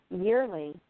yearly